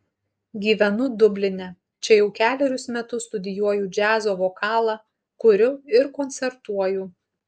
gyvenu dubline čia jau kelerius metus studijuoju džiazo vokalą kuriu ir koncertuoju